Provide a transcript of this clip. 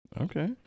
Okay